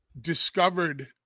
discovered